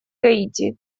гаити